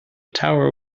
tower